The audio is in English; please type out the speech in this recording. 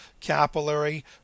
capillary